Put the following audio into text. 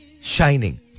shining